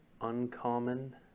Uncommon